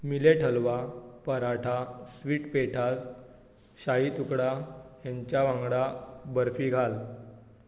millet halwa paratha sweet pethas shahi tukda हेंच्या वांगडा बर्फी घाल